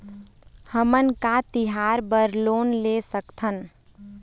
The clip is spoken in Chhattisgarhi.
हमन का तिहार बर लोन ले सकथन?